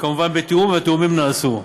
כמובן בתיאום, והתיאומים נעשו.